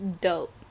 Dope